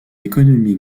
économique